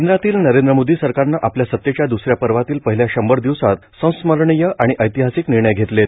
केंद्रातील नरेंद्र मोदी सरकारनं आपल्या सतेच्या द्स या पर्वातील पहिल्या शंभर दिवसात संस्मरणीय आणि ऐतिहासिक निर्णय घेतलेत